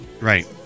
Right